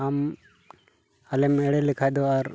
ᱟᱢ ᱟᱞᱮᱢ ᱮᱲᱮ ᱞᱮᱠᱷᱟᱡ ᱫᱚ ᱟᱨ